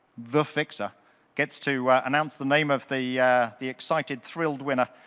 the fixer gets to announce the name of the yeah the excited, thrilled winner,